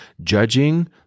judging